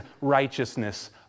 righteousness